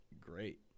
great